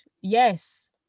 yes